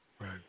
right